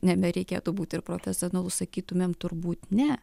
nebereikėtų būti ir profesionalu sakytumėm turbūt ne